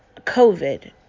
covid